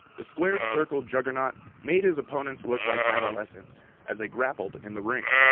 the squared circle juggernaut made his opponents look like adolescents as they grappled in the ring.